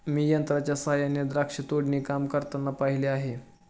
मी यंत्रांच्या सहाय्याने द्राक्ष तोडणी काम करताना पाहिले आहे